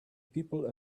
people